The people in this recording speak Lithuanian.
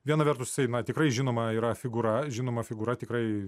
viena vertus jisai na tikrai žinoma yra figūra žinoma figūra tikrai